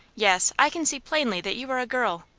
yes i can see plainly that you are a girl.